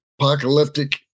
apocalyptic